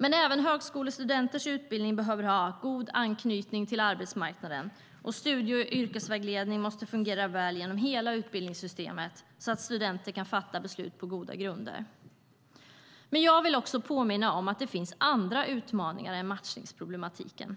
Men även högskolestudenters utbildning behöver ha god anknytning till arbetsmarknaden, och studie och yrkesvägledning måste fungera väl genom hela utbildningssystemet, så att studenter kan fatta beslut på goda grunder. Jag vill påminna om att det också finns andra utmaningar än matchningsproblematiken.